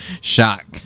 Shock